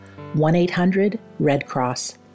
1-800-RED-CROSS